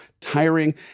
tiring